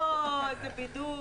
הו, איזה בידוד.